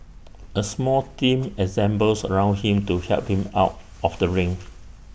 A small team assembles around him to help him out of the ring